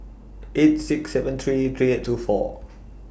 eight six seven three three eight two four